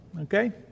okay